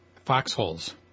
Foxholes